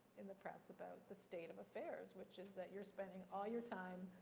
in the press about the state of affairs, which is that you're spending all your time